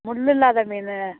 முள் இல்லாத மீன்